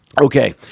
Okay